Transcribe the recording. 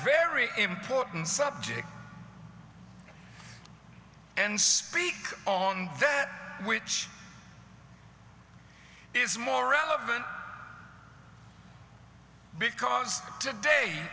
very important subject and speak on that which is more relevant because today